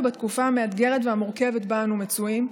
בתקופה המאתגרת והמורכבת שבה אנו מצויים,